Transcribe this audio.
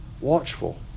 watchful